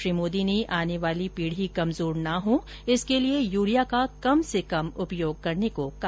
श्री मोदी ने आने वाली पीढी कमजोर न हो इसके लिए यूरिया का कम से कम उपयोग करने को कहा